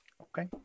okay